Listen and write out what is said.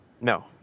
No